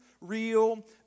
real